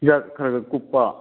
ꯃꯆꯤꯟꯖꯥꯛ ꯈꯔ ꯈꯔ ꯀꯨꯞꯄ